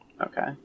Okay